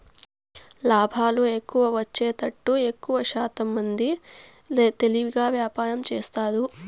లాభాలు ఎక్కువ వచ్చేతట్టు ఎక్కువశాతం మంది తెలివిగా వ్యాపారం చేస్తారు